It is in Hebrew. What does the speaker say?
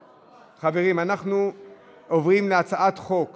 חברים, אנחנו עוברים להצבעה על הצעת חוק